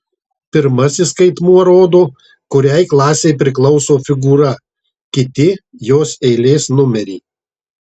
pirmasis skaitmuo rodo kuriai klasei priklauso figūra kiti jos eilės numerį